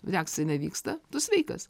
reakcija nevyksta tu sveikas